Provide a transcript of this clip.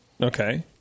Okay